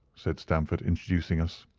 said stamford, introducing us.